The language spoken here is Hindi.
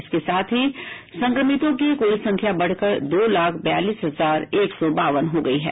इसके साथ ही संक्रमितों की कुल संख्या बढ़कर दो लाख बयालीस हजार एक सौ बावन हो गयी है